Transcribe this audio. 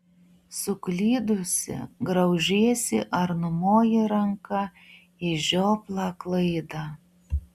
suklydusi graužiesi ar numoji ranka į žioplą klaidą